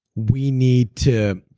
we need to.